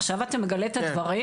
עכשיו אתה מגלה את הדברים?